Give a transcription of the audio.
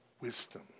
wisdom